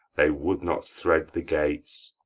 they would not thread the gates